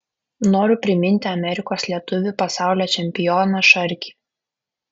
noriu priminti amerikos lietuvį pasaulio čempioną šarkį